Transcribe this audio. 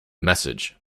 message